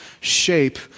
shape